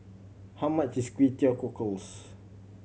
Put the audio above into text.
how much is Kway Teow Cockles